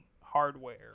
hardware